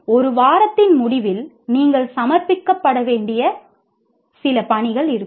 1 வாரத்தின் முடிவில் நீங்கள் சமர்ப்பிக்க வேண்டிய சில பணிகள் இருக்கும்